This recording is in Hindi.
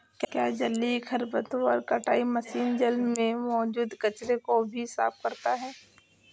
क्या जलीय खरपतवार कटाई मशीन जल में मौजूद कचरे को भी साफ करता है?